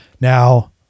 Now